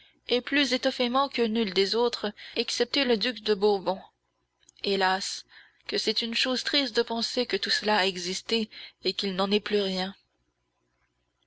et plus étoffément que nul des autres excepté le duc de bourbon hélas que c'est une chose triste de penser que tout cela a existé et qu'il n'en est plus rien